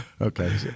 Okay